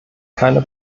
keine